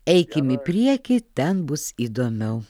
eikim į priekį ten bus įdomiau